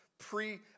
Pre